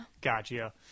Gotcha